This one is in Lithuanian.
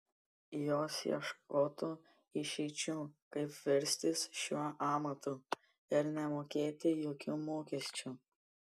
jos ieškotų išeičių kaip verstis šiuo amatu ir nemokėti jokių mokesčių